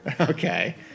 Okay